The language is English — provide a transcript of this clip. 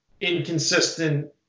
inconsistent